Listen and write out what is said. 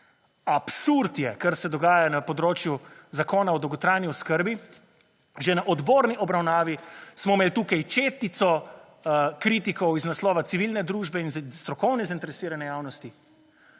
Absurd je, kar se dogaja na področju Zakona o dolgotrajni oskrbi. Že ne odborni obravnavi smo imeli tukaj četico kritikov iz naslova civilne družbe in strokovne zainteresirane javnosti,